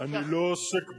אני לא עוסק בזה.